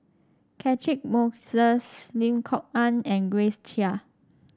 Catchick Moses Lim Kok Ann and Grace Chia